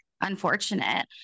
unfortunate